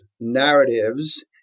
narratives